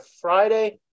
friday